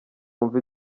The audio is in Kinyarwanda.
wumve